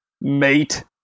mate